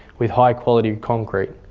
with high quality concrete.